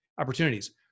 opportunities